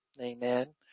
Amen